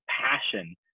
passion